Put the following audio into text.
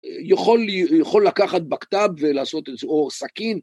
יכול לקחת בקת"ב ולעשות, או סכין.